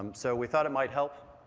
um so we thought it might help